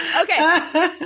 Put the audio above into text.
Okay